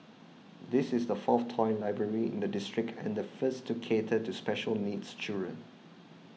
this is the fourth toy library in the district and the first to cater to special needs children